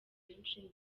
benshi